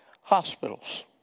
hospitals